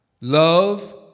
Love